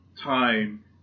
time